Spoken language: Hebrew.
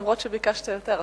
אף-על-פי שביקשת יותר.